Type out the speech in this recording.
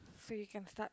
so you can start